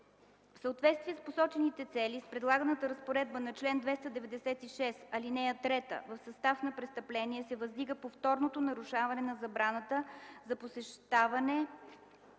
В съответствие с посочените цели с предлаганата разпоредба на чл. 296, ал. 3 в състав на престъпление се въздига повторното нарушаване на забраната за посещаване